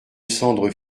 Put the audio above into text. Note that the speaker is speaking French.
cendre